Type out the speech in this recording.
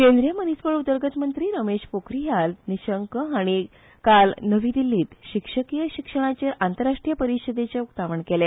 केंद्रिय मनीसबळ उदरगत मंत्री रमेश पोखरीयाल निशंक हाणी काल नवी दिल्लीत शिक्षकी शिक्षणाचेर आंतरराष्ट्रीय परिषदेचे उक्तावण केले